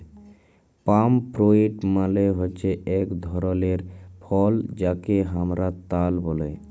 পাম fruit মালে হচ্যে এক ধরলের ফল যাকে হামরা তাল ব্যলে